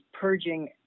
purging